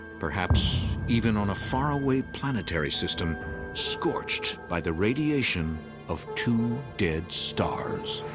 perhaps even on a faraway planetary system scorched by the radiation of two dead stars.